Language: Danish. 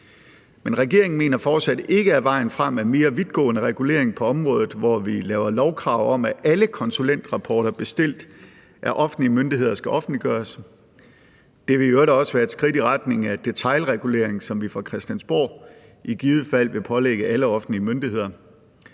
Men regeringen mener fortsat ikke, at vejen frem er mere vidtgående regulering på området, hvor vi laver lovkrav om, at alle konsulentrapporter bestilt af offentlige myndigheder skal offentliggøres; det vil i øvrigt også være et skridt i retning af detailregulering, som vi fra Christiansborg i givet fald vil pålægge alle offentlige myndigheder.